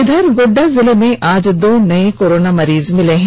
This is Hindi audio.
इधर गोड्डा जिले में आज दो नए कोरोना मरीज मिले हैं